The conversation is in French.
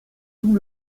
tout